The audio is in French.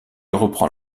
reprend